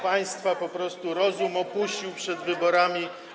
Państwa po prostu rozum opuścił przed wyborami.